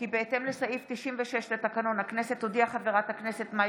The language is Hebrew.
כי בהתאם לסעיף 96 לתקנון הכנסת הודיעה חברת הכנסת מאי